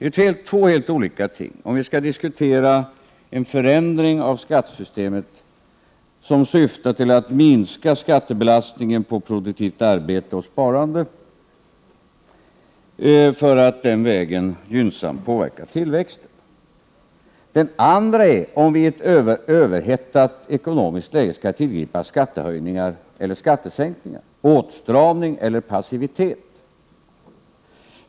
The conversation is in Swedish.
Det är två helt olika ting om vi skall diskutera en förändring av skattesystemet, som syftar till att minska skattebelastningen på produktivt arbete och sparande för att den vägen gynnsamt påverka tillväxten, eller om vi i ett överhettat ekonomiskt läge skall tillgripa skattehöjningar eller skattesänkningar, åtstramning eller passivitet.